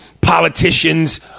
politicians